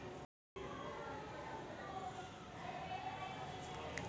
UPI न पैसे पाठवले, ते कसे पायता येते?